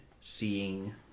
seeing